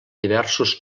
diversos